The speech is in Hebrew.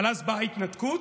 אבל אז באה ההתנתקות,